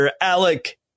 Alec